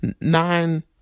nine